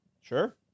Sure